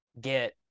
get